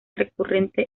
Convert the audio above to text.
recurrente